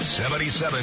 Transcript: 77